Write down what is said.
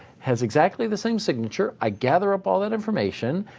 has exactly the same signature. i gather up all that information,